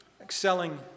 Excelling